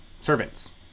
servants